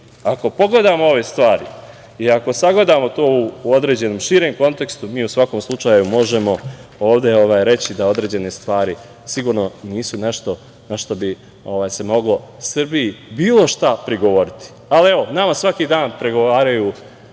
ako pogledamo ove stvari i ako sagledamo to u određenom, širem kontekstu, mi u svakom slučaju možemo reći da određene stvari sigurno nisu nešto gde bi se moglo Srbiji bilo šta prigovoriti. Nama svaki dan prigovaraju